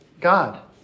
God